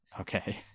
okay